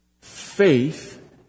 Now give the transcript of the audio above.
Faith